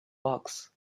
parks